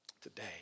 today